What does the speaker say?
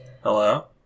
hello